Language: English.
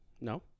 No